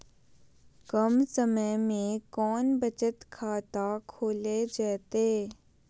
कम समय में कौन बचत खाता खोले जयते?